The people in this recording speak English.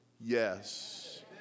Yes